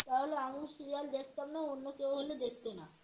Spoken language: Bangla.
তাহলে আমিও সিরিয়াল দেখতাম না অন্য কেউ হলে দেখতো না